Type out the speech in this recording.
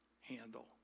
handle